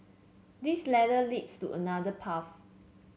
this ladder leads to another path